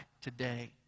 today